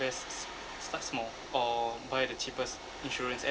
invest s~ start small or buy the cheapest insurance